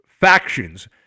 factions